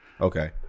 Okay